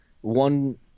one